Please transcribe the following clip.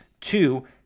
two